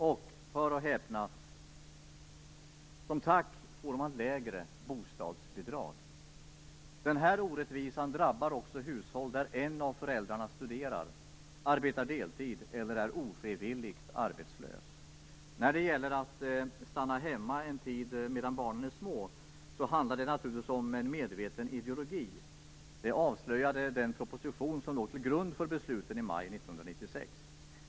Och - hör och häpna - som tack får man lägre bostadsbidrag. Den här orättvisan drabbar också hushåll där en av föräldrarna studerar, arbetar deltid eller är ofrivilligt arbetslös. Behandlingen av dem som väljer att stanna hemma en tid medan barnen är små handlar naturligtvis om en medveten ideologi. Det avslöjade den propoosition som låg till grund för besluten i maj 1996.